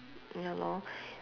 ya lor